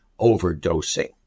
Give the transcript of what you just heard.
overdosing